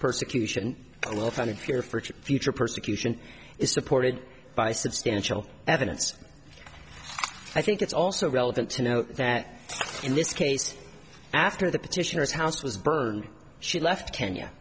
persecution well founded fear for future persecution is supported by substantial evidence i think it's also relevant to note that in this case after the petitioner's house was burned she left kenya